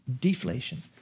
deflation